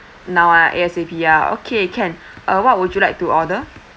now ah A_S_A_P ah okay can uh what would you like to order